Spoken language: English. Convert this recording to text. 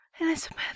Elizabeth